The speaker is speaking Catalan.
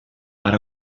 per